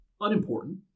unimportant